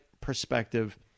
perspective